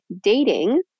Dating